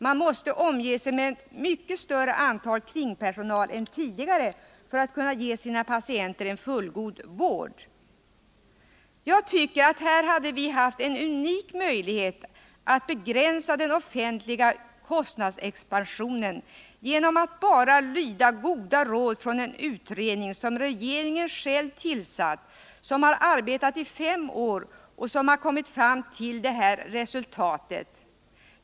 Man måste omge sig med mycket mer kringpersonal än tidigare för att kunna ge sina patienter en fullgod vård. Jag tycker att här hade vi haft en unik möjlighet att begränsa den offentliga kostnadsexpansionen genom att bara lyda goda råd från en utredning som regeringen själv tillsatt, som har arbetat i fem år och som har kommit fram till det här resultatet.